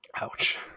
Ouch